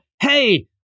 hey